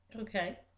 Okay